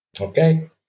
Okay